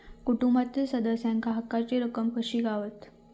कुटुंबातील सदस्यांका हक्काची रक्कम कशी गावात?